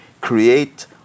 create